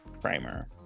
primer